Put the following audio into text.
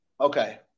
Okay